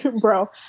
Bro